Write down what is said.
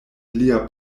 lia